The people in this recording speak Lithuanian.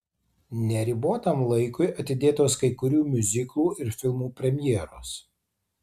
neribotam laikui atidėtos kai kurių miuziklų ir filmų premjeros